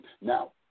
Now